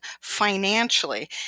financially